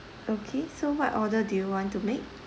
okay so what order do you want to make